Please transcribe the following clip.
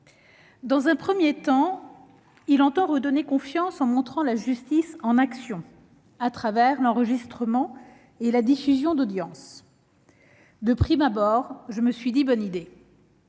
Dans un premier temps, il entend redonner confiance en montrant la justice en action à travers l'enregistrement et la diffusion d'audiences. De prime abord, l'idée m'a paru bonne.